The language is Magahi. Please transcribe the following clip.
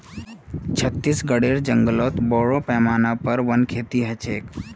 छत्तीसगढेर जंगलत बोरो पैमानार पर वन खेती ह छेक